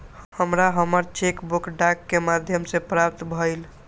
हमरा हमर cheque book डाक के माध्यम से प्राप्त भईल